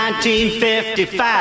1955